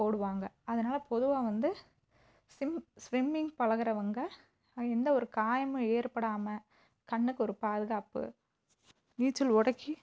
போடுவாங்கள் அதனால் பொதுவாக வந்து ஸிம் ஸ்விம்மிங் பழகுறவங்க எந்த ஒரு காயமும் ஏற்படாமல் கண்ணுக்கொரு பாதுகாப்பு நீச்சல் உடைக்கு